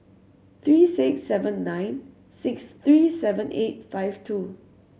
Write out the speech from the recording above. three six seven nine six three seven eight five two